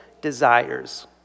desires